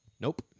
Nope